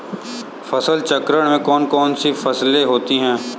फसल चक्रण में कौन कौन सी फसलें होती हैं?